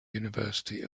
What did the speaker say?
university